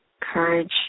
courage